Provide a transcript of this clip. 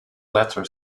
letter